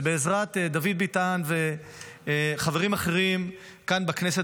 ובעזרת דוד ביטן וחברים אחרים כאן בכנסת